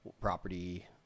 property